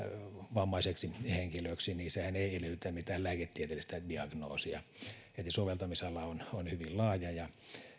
vammaisiksi henkilöiksi ei edellytä mitään lääketieteellistä diagnoosia eli soveltamisala on on hyvin laaja ja